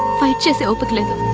i just